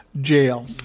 jail